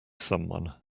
someone